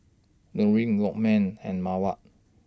Nurin Lokman and Mawar